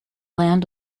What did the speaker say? land